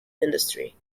industry